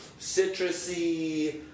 citrusy